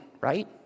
Right